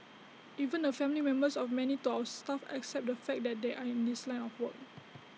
even the family members of many door staff accept the fact that they are in this line of work